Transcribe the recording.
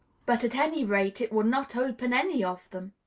but, at any rate, it would not open any of them.